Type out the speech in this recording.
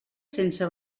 sense